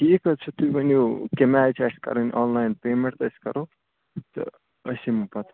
ٹھیٖک حظ چھُ تُہۍ ؤنِو کَمہِ آے چھِ اَسہِ کَرٕنۍ آنلایِن پیمٮ۪نٛٹ أسۍ کَرو تہٕ أسۍ یِمو پتہٕ